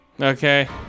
Okay